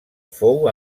fou